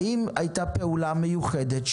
האם הייתה פעולה מיוחדת,